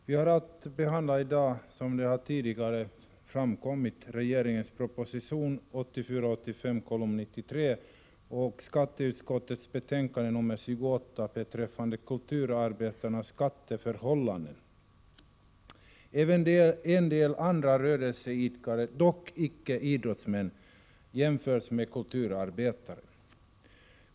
Herr talman! Vi har i dag att behandla — som tidigare har framkommit — regeringens proposition 1984/85:93 och skatteutskottets betänkande 28 beträffande kulturarbetarnas skatteförhållanden. Även en del andra rörelseidkare — dock icke idrottsmän — jämförs med kulturarbetare.